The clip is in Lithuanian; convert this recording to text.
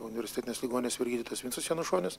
universitetinės ligoninės vyrgydytojas vincas janušonis